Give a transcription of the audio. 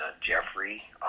jeffrey